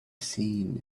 seen